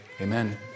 Amen